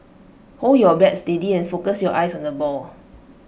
hold your bat steady and focus your eyes on the ball